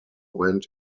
went